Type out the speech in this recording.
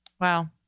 Wow